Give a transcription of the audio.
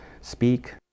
speak